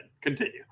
continue